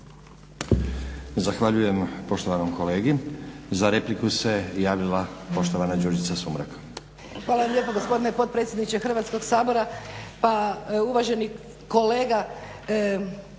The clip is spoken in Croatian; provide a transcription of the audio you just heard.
Zahvaljujem poštovanom kolegi. Za repliku se javila poštovana Đurđica Sumrak.